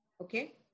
okay